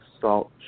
salt